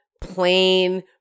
plain